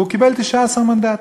והוא קיבל 19 מנדטים.